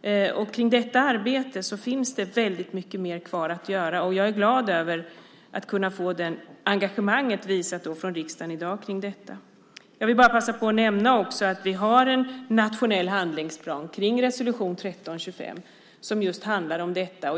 Det finns väldigt mycket mer kvar att göra i det här arbetet. Jag är glad över att riksdagen har visat engagemang för detta i dag. Jag vill också passa på att nämna att vi har en nationell handlingsplan kring resolution 1325 som handlar om detta.